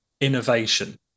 Innovation